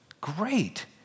great